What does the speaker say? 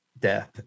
death